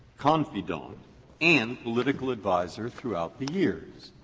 confidante and political advisor throughout the years.